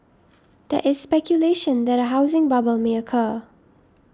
there is speculation that a housing bubble may occur